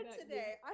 today